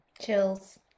Chills